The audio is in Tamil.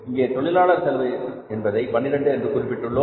இங்கே தொழிலாளர் செலவு என்பதை 12 என்று குறிப்பிடுகிறோம்